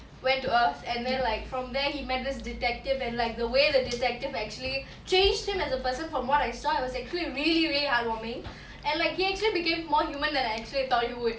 went to earth and then like from there he met this detective and like the way the detective actually changed him as a person from what I saw it was actually really really heartwarming and like he actually became more human than I actually thought he would